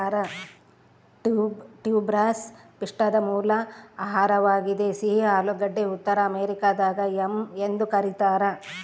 tuberous ಪಿಷ್ಟದ ಮೂಲ ಆಹಾರವಾಗಿದೆ ಸಿಹಿ ಆಲೂಗಡ್ಡೆ ಉತ್ತರ ಅಮೆರಿಕಾದಾಗ ಯಾಮ್ ಎಂದು ಕರೀತಾರ